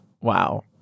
Wow